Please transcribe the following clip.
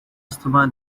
asthma